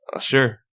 Sure